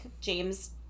James